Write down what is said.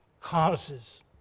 causes